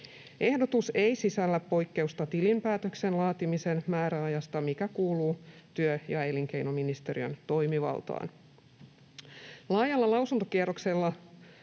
Ehdotus ei sisällä poikkeusta tilinpäätöksen laatimisen määräajasta, mikä kuuluu työ- ja elinkeinoministeriön toimivaltaan.